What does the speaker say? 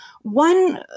One